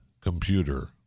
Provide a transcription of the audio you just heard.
computer